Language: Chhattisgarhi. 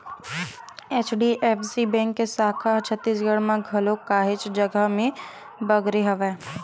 एच.डी.एफ.सी बेंक के साखा ह छत्तीसगढ़ म घलोक काहेच जघा म बगरे हवय